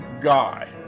Guy